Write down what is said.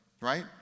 right